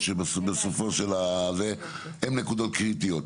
שבסוף המצגת הן נקודות קריטיות.